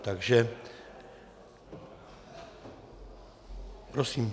Takže prosím.